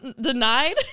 denied